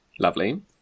lovely